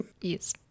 Yes